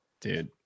Dude